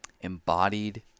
embodied